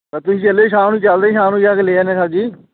ਤਾਂ ਤੁਸੀਂ ਚੱਲਿਓ ਸ਼ਾਮ ਨੂੰ ਚੱਲਦੇ ਸ਼ਾਮ ਨੂੰ ਜਾ ਕੇ ਲੇ ਆਉਂਦੇ ਸਬਜ਼ੀ